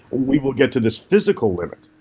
we will get to this physical limit.